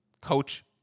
coach